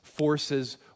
forces